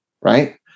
right